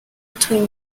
between